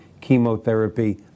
chemotherapy